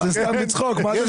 זה סתם בצחוק, מה אתה מתלהב?